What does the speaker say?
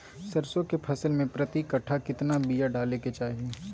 सरसों के फसल में प्रति कट्ठा कितना बिया डाले के चाही?